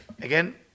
again